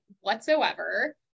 whatsoever